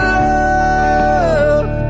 love